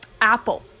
apple